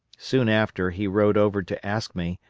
soon after he rode over to ask me,